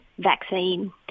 vaccine